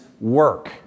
work